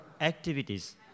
activities